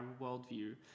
worldview